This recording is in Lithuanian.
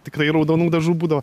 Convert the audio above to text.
tikrai raudonų dažų būdavo